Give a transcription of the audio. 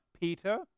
Peter